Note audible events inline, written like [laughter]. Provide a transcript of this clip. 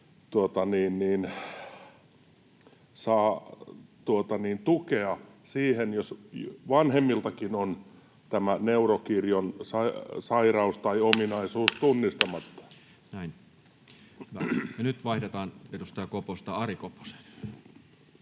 saa tukea siihen, jos vanhemmiltakin on tämä neurokirjon sairaus [noise] tai ominaisuus tunnistamatta. Näin. — Ja nyt vaihdetaan edustaja Koposta Ari Koposeen.